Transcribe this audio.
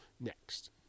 next